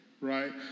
right